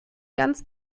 ganz